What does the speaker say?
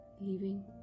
leaving